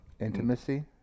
intimacy